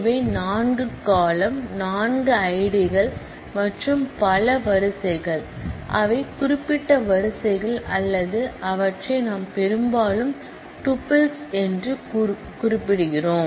இவை நான்கு காலம்ன் நான்கு ஐடிகள் மற்றும் பல காலம்ன் அவை குறிப்பிட்ட வரிசைகள் அல்லது அவற்றை நாம் பெரும்பாலும் டூப்பிள்ஸ் என்று குறிப்பிடுகிறோம்